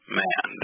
man